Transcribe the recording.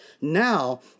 Now